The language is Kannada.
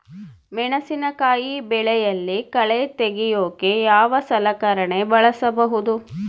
ಮೆಣಸಿನಕಾಯಿ ಬೆಳೆಯಲ್ಲಿ ಕಳೆ ತೆಗಿಯೋಕೆ ಯಾವ ಸಲಕರಣೆ ಬಳಸಬಹುದು?